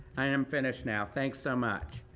i am finished now. thanks so much.